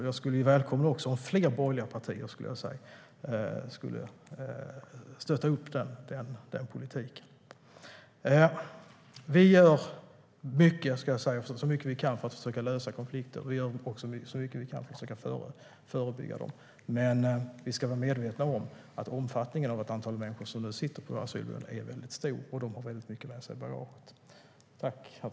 Jag skulle välkomna om fler borgerliga partier skulle stötta den politiken. Vi gör så mycket vi kan för att försöka lösa konflikter. Vi gör också så mycket vi kan för att försöka förebygga dem. Men vi ska vara medvetna om att omfattningen av de människor som nu sitter på våra asylboenden är mycket stor och att de har mycket med sig i bagaget.